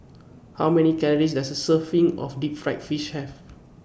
How Many Calories Does A Serving of Deep Fried Fish Have